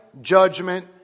judgment